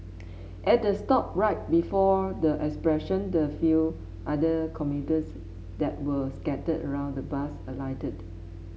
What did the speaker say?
at the stop right before the expression the few other commuters that were scattered around the bus alighted